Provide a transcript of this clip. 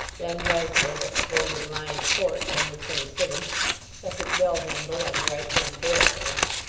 then resident at golden lion court, number twenty-sivin, second bell-handle on the right-hand door-post,